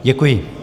Děkuji.